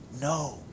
No